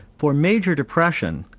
for major depression,